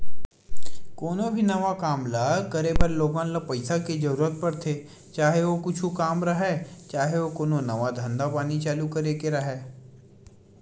कोनो भी नवा काम ल करे बर लोगन ल पइसा के जरुरत पड़थे, चाहे ओ कुछु काम राहय, चाहे ओ कोनो नवा धंधा पानी चालू करे के राहय